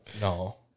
No